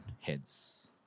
heads